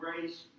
grace